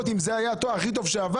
אם זה היה הכי טוב שעבר?